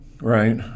Right